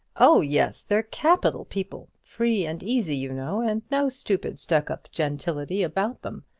oh yes, they're capital people free and easy, you know, and no stupid stuck-up gentility about them.